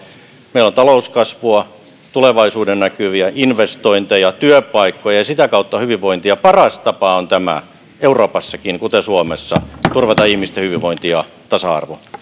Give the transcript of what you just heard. meillä on talouskasvua tulevaisuudennäkymiä investointeja työpaikkoja ja ja sitä kautta hyvinvointia paras tapa on tämä euroopassakin kuten suomessa turvata ihmisten hyvinvointi ja tasa arvo